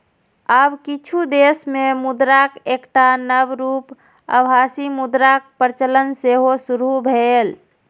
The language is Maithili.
आब किछु देश मे मुद्राक एकटा नव रूप आभासी मुद्राक प्रचलन सेहो शुरू भेलैए